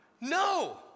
No